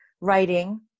writing